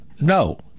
no